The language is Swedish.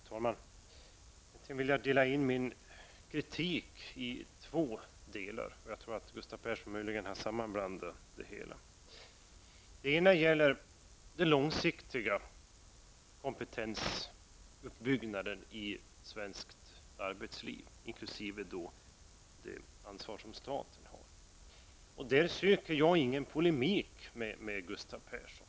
Herr talman! Egentligen vill jag dela upp min kritik i två delar, och jag tror att Gustav Persson möjligen har blandat samman det hela. Det ena gäller den långsiktiga kompetensuppbyggnaden i svenskt arbetsliv inkl. det ansvar som staten har. Där söker jag ingen polemik med Gustav Persson.